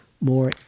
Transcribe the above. more